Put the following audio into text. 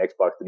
Xbox